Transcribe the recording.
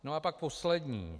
No a pak poslední.